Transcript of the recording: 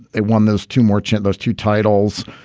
they won those two merchant those two titles.